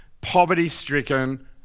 poverty-stricken